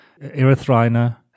Erythrina